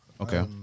Okay